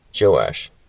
Joash